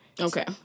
Okay